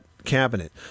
cabinet